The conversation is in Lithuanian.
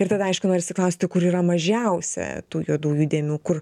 ir tada aišku norisi klausti kur yra mažiausia tų juodųjų dėmių kur